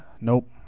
nope